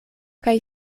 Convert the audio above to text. kaj